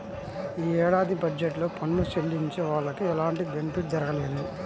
యీ ఏడాది బడ్జెట్ లో పన్ను చెల్లించే వాళ్లకి ఎలాంటి బెనిఫిట్ జరగలేదు